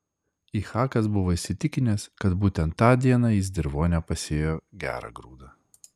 ichakas buvo įsitikinęs kad būtent tą dieną jis dirvone pasėjo gerą grūdą